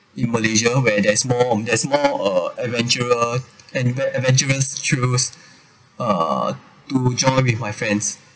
in malaysia where there's more there's more uh adventurer ad~ adventurous to choose ah to enjoy with my friends